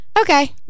okay